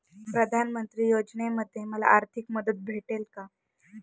प्रधानमंत्री योजनेमध्ये मला आर्थिक मदत भेटेल का?